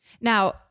Now